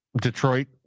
Detroit